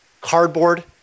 cardboard